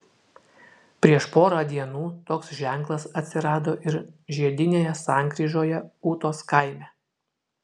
prieš porą dienų toks ženklas atsirado ir žiedinėje sankryžoje ūtos kaime